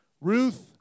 Ruth